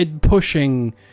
pushing